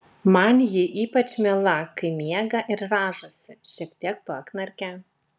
man ji ypač miela kai miega ir rąžosi šiek tiek paknarkia